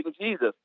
Jesus